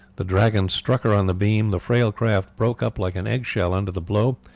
the dragon struck her on the beam, the frail craft broke up like an egg-shell under the blow,